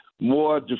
more